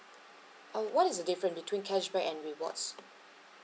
uh what is the different between cashback and rewards